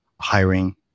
hiring